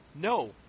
no